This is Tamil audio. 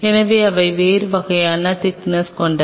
எனவே அவை வேறு வகையான திக்னஸ் கொண்டவை